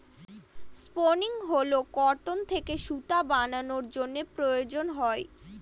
spinning wheel cotton থেকে সুতা বানানোর জন্য প্রয়োজন হয়